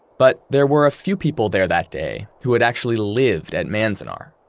but there were a few people there that day who had actually lived at manzanar.